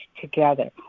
together